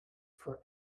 for